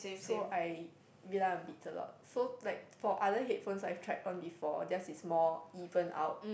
so I rely on beats a lot so like for other headphones I've tried on before theirs is more even out